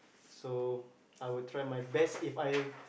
so I will try my best If I